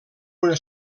una